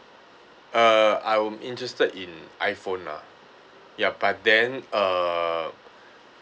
uh I'm interested in iphone lah ya but then uh